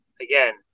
again